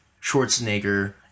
Schwarzenegger